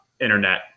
internet